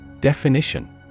Definition